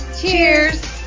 Cheers